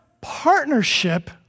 partnership